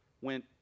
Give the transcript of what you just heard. went